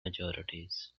majorities